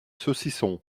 saucisson